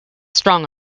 strong